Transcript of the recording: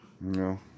No